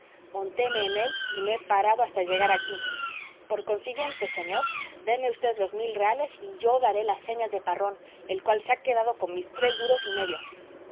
montéme en él y no he parado hasta llegar aquí por consiguiente señor déme v los mil reales y yo daré las señas de parrón el cual se ha quedado con mis tres duros y medio